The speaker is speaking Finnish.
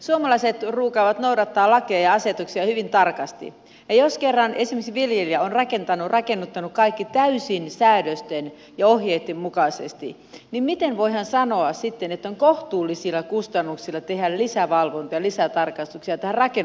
suomalaiset ruukaavat noudattaa lakeja ja asetuksia hyvin tarkasti ja jos kerran esimerkiksi viljelijä on rakennuttanut kaikki täysin säädösten ja ohjeitten mukaisesti niin miten voidaan sanoa sitten että kohtuullisilla kustannuksilla tehdään lisävalvontoja lisätarkastuksia tähän rakennukseen liittyen